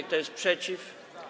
Kto jest przeciw?